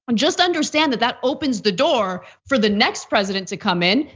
and just understand that that opens the door for the next president to come in.